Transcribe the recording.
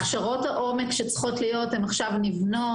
הכשרות העומק שצריכות להיות נבנות עכשיו.